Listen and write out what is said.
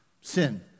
sin